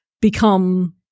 become